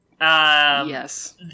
Yes